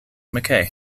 mackay